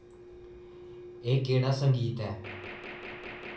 एह् केह्ड़ा संगीत ऐ